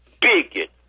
bigot